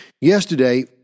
Yesterday